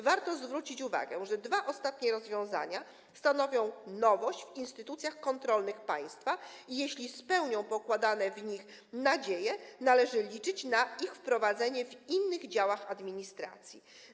Warto zwrócić uwagę, że dwa ostatnie rozwiązania stanowią nowość w instytucjach kontrolnych państwa i jeśli spełnią pokładane w nich nadzieje, należy liczyć na ich wprowadzenie w innych działach administracji.